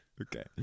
Okay